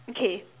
okay